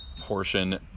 portion